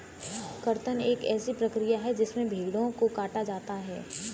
कर्तन एक ऐसी क्रिया है जिसमें भेड़ों को काटा जाता है